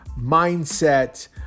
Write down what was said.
mindset